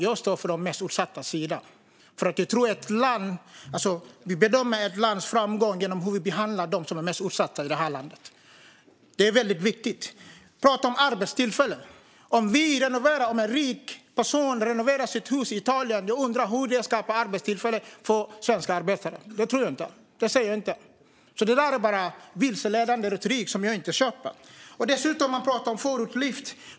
Jag står på de mest utsattas sida. Vi bedömer ett lands framgång genom hur landet behandlar dem som är mest utsatta i landet. Det är väldigt viktigt. Det pratas om arbetstillfällen. Om en rik person renoverar sitt hus i Italien undrar jag hur det skapar arbetstillfällen för svenska arbetare. Jag tror inte att det gör det. Jag ser inte det. Det är bara vilseledande retorik, som jag inte köper. Dessutom pratar man om förortslyft.